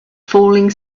falling